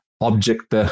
object